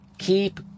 Keep